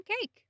cake